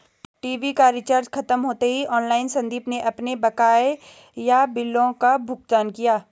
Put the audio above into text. TV का recharge खत्म होते ही ऑनलाइन संदीप ने अपने बकाया बिलों का भुगतान किया